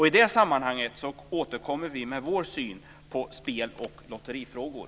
I det sammanhanget återkommer vi med vår syn på spel och lotterifrågor.